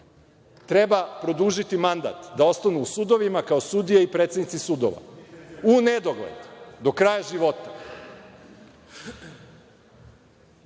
treba produžiti mandat. Da ostanu u sudovima kao sudije i predsednici sudova, u nedogled do kraja života. Zbog